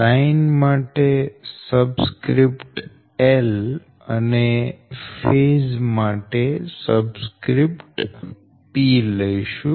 line માટે subscript L અને phase માટે સબસ્ક્રીપ્ટ P લઈશું